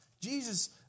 Jesus